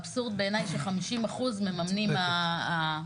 אבסורד בעיניי ש-50% מממנים הנכים בעצמם.